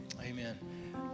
Amen